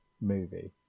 movie